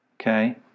okay